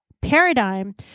paradigm